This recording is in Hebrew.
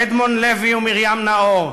אדמונד לוי ומרים נאור,